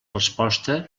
resposta